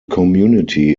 community